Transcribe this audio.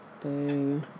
Boo